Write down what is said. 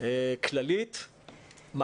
יש לזה הקשר רחב.